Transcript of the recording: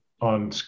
on